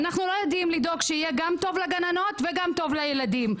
אנחנו לא יודעים לדאוג שיהיה גם טוב לגננות וגם טוב לילדים,